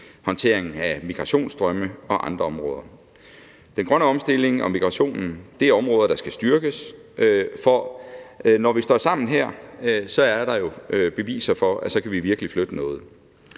håndteringen af migrationsstrømme og andre områder. Den grønne omstilling og migrationen er områder, der skal styrkes, for når vi her står sammen, er der jo beviser for, at vi så virkelig kan flytte noget.